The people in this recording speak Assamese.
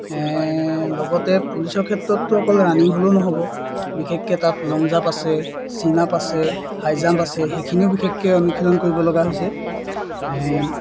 লগতে পুলিচৰ ক্ষেত্ৰততো অকল ৰাণিং হ'লেও নহ'ব বিশেষকৈ তাত লং জাম্প আছে চিন আপ আছে হাই জাম্প আছে সেইখিনিও বিশেষকৈ অনুশীলন কৰিবলগা হৈছে